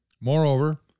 Moreover